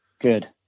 good